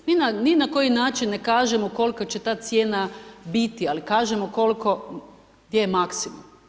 Mi ni na koji način ne kažemo kolika će ta cijena biti, ali kažemo koliko je maksimum.